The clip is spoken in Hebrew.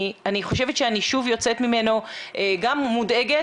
אני חושבת שאני שוב יוצאת ממנו גם מודאגת